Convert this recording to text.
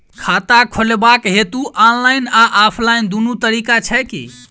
खाता खोलेबाक हेतु ऑनलाइन आ ऑफलाइन दुनू तरीका छै की?